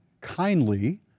kindly